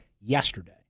yesterday